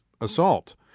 assault